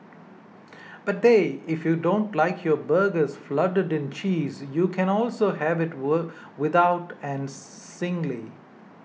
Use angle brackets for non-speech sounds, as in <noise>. but they if you don't like your burgers flooded in cheese you can also have it <unintelligible> without and singly